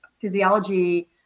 physiology